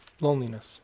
Loneliness